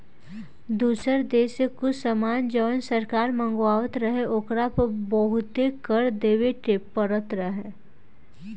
दुसर देश से कुछ सामान जवन सरकार मँगवात रहे ओकरा पर बहुते कर देबे के परत रहे